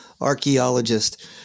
archaeologist